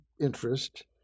interest